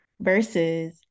versus